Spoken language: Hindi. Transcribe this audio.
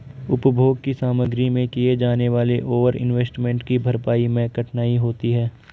उपभोग की सामग्री में किए जाने वाले ओवर इन्वेस्टमेंट की भरपाई मैं कठिनाई होती है